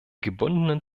gebundenen